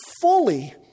fully